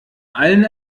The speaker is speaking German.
allen